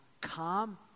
calm